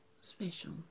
special